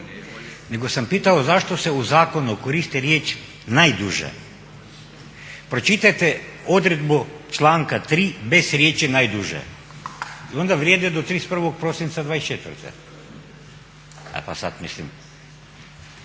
nego sam pitao zašto se u zakonu koristi riječ najduže. Pročitajte odredbu članka 3. bez riječi najduže i onda vrijede do 31. prosinca 2024. Moj strah